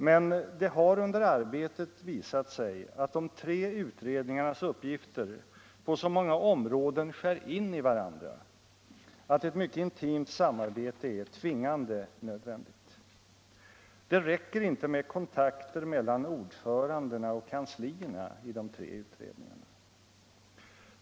Men det har under arbetet visat sig att de tre utredningarnas uppgifter på så många områden skär in i varandra, att ett mycket intimt samarbete är tvingande nödvändigt. Det räcker inte med kontakter mellan ordförandena och kanslierna i de tre utredningarna.